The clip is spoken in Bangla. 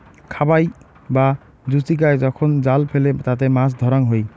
খাবাই বা জুচিকায় যখন জাল ফেলে তাতে মাছ ধরাঙ হই